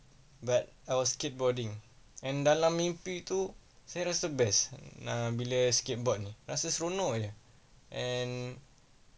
but I was skateboarding and dalam mimpi tu saya rasa best nak bila skateboard ni rasa seronok jer and